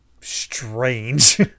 strange